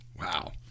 wow